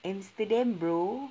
amsterdam bro